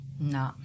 No